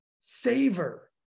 Savor